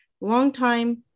longtime